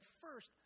first